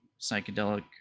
psychedelic